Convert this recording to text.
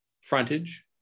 frontage